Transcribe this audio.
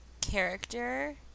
character